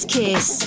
kiss